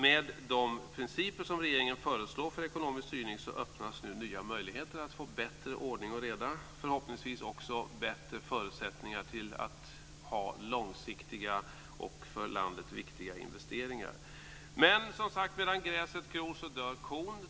Med de principer som regeringen föreslår för ekonomisk styrning öppnas nu nya möjligheter att få mer ordning och reda och förhoppningsvis också bättre förutsättningar för långsiktiga och för landet viktiga investeringar. Men medan gräset gror dör kon.